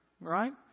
Right